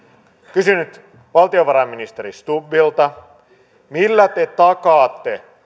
kysynyt valtiovarainministeri stubbilta millä te takaatte